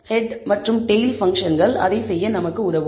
head மற்றும் tail பங்க்ஷன்கள் அதைச் செய்ய நமக்கு உதவும்